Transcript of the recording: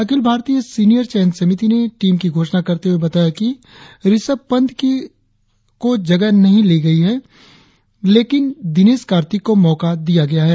अखिल भारतीय सिनियर चयन समिति ने टीम की घोषणा करते हुए बताया कि रिषभ पंत को जगह नहीं ली गई है लेकिन दिनेश कार्तिक को मौका दिया गया है